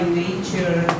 nature